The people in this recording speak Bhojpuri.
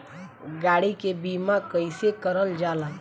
गाड़ी के बीमा कईसे करल जाला?